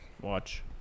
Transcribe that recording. Watch